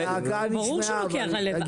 ברור שהוא לוקח ללב.